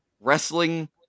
wrestling